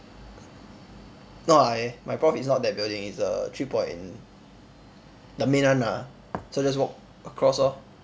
no I my prof is not that building is the three point the main one ah so just walk across lor